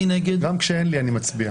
גם כשאין לי אני מצביע.